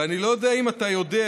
ואני לא יודע אם אתה יודע,